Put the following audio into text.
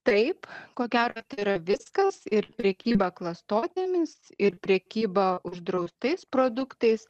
taip ko gero tai yra viskas ir prekyba klastotėmis ir prekyba uždraustais produktais